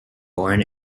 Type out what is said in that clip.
born